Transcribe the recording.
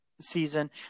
season